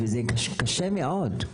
וזה קשה מאוד.